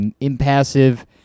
impassive